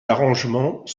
arrangements